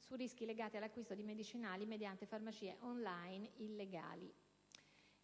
sui rischi legati all'acquisto di medicinali mediante farmacie *on line* illegali.